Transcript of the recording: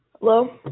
Hello